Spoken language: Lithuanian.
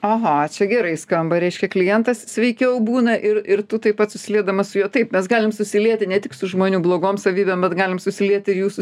aha čia gerai skamba reiškia klientas sveikiau būna ir ir tu taip pat susiliedamas su juo taip mes galim susilieti ne tik su žmonių blogom savybėm bet galim susilieti ir jų su